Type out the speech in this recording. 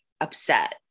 upset